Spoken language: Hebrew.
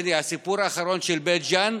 הסיפור האחרון של בית ג'ן,